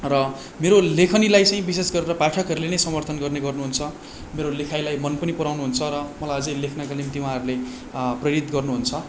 र मेरो लेखनीलाई चाहिँ विशेष गरेर पाठकहरूले नै समर्थन गर्ने गर्नुहुन्छ मेरो लेखाइलाई मन पनि पराउनु हुन्छ र मलाई अझै लेख्नका निम्ति उहाँहरूले प्रेरित गर्नुहुन्छ